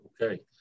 Okay